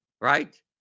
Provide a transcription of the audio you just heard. right